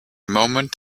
moment